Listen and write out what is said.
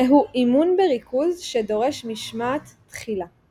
זהו אימון בריכוז שדורש משמעת תחילה.